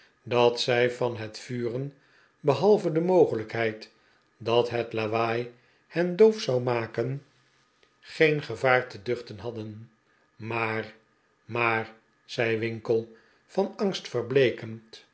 dat zij van het vuren behalve de mogelijkheid dat het lawaai hen doof zou maken gevaar te duehten hadden maar maar zei winkle van angst verbleekend